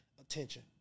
attention